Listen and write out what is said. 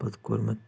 پتہٕ کوٚر مےٚ